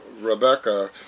Rebecca